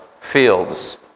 fields